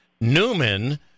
Newman